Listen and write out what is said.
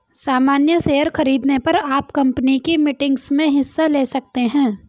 सामन्य शेयर खरीदने पर आप कम्पनी की मीटिंग्स में हिस्सा ले सकते हैं